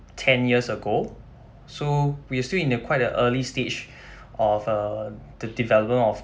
ten years ago so we are still in the quite a early stage of uh the development of